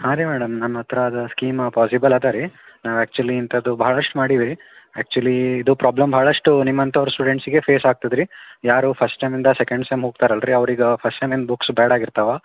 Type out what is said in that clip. ಹಾಂ ರೀ ಮೇಡಮ್ ನನ್ನ ಹತ್ತಿರ ಅದು ಸ್ಕೀಮ ಪಾಸಿಬಲ್ ಇದೆ ರೀ ನಾನು ಆ್ಯಕ್ಚುಲಿ ಇಂಥದ್ದು ಭಾಳಷ್ಟು ಮಾಡೀವಿ ರೀ ಆ್ಯಕ್ಚುಲೀ ಇದು ಪ್ರಾಬ್ಲಮ್ ಭಾಳಷ್ಟು ನಿಮ್ಮಂಥೋರು ಸ್ಟೂಡೆಂಟ್ಸಿಗೆ ಫೇಸ್ ಆಗ್ತದೆ ರೀ ಯಾರು ಫಸ್ಟ್ ಸೆಮ್ಮಿಂದ ಸೆಕೆಂಡ್ ಸೆಮ್ ಹೋಗ್ತಾರಲ್ಲ ರೀ ಅವ್ರಿಗೆ ಫಸ್ಟ್ ಸೆಮ್ಮಿಂದು ಬುಕ್ಸ್ ಬೇಡಾಗಿರ್ತಾವ